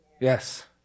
Yes